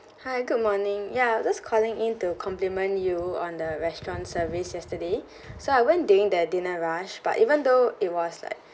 hi good morning ya just calling in to compliment you on the restaurant service yesterday so I went during their dinner rush but even though it was like